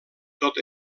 tot